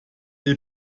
die